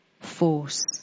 force